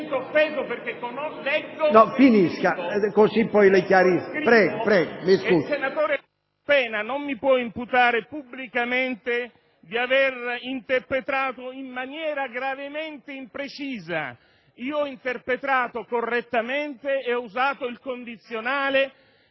non mi può imputare pubblicamente di aver interpretato in maniera gravemente imprecisa. Io ho interpretato correttamente e ho usato il condizionale